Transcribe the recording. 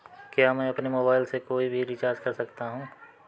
क्या मैं अपने मोबाइल से कोई भी रिचार्ज कर सकता हूँ?